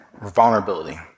vulnerability